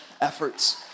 efforts